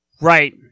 Right